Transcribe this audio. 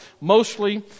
mostly